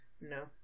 No